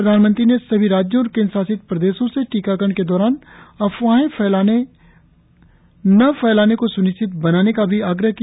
प्रधानमंत्री ने सभी राज्यों और केंद्र शासित प्रदेशों से टीकाकरण के दौरान अफवाहें न फैलाने को स्निश्चित बनाने का भी आग्रह किया